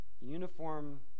uniform